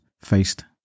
faced